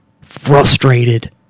frustrated